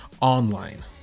online